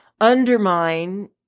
undermine